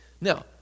Now